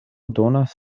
donas